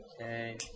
Okay